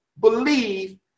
believe